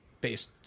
based